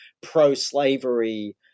pro-slavery